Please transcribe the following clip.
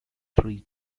three